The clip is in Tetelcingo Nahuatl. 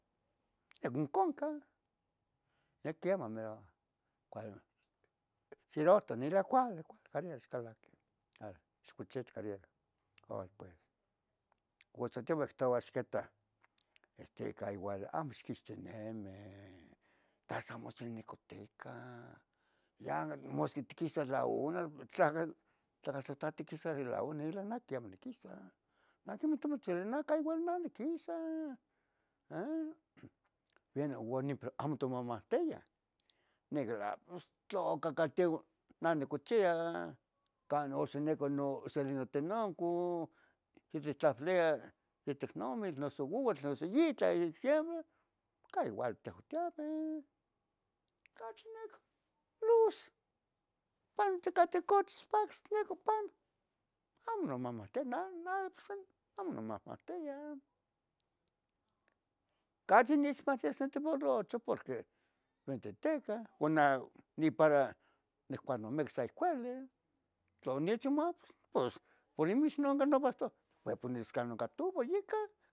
ya goconcan, yeh quemah pero cuali, Cironto nira cuali, cuali, carierah ixcalaqui, cochito cariera, arale pues. Auan tzontiaueh quihtoua ixquita, ixquita igual amo ixquixtineme tas amo yen nicotica, ya mosqui tiquisa la una, tla cah tiquisa la una, tlacah sa tiquisa la una, nale amo niquisa, nah canah igua amo niquisa, ah, uan amo timomohtia niquila pos tloca nah nicochia can oxinico no cel iTenanco ihtlalia itic nomil ica noso ouatl noso yitl tla ic siembra cah igual tehuan tiaveh ¿catli nec luz? can pa ticochis tleco pano amo nimomohtia nada, nada pos amo nimohmotia, cachi nipahtia san tiborrochoh porque uintiticah, una ni para nih cuando miquis aih cuali, tla onechonma pos polivis non que no vastòn, ue pos ompa isque nonqua tuvo yica